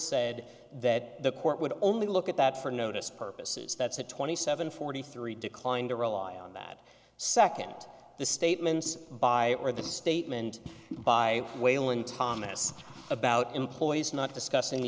said that the court would only look at that for notice purposes that said twenty seven forty three declined to rely on that second the statements by or the statement by whalen thomas about employees not discussing the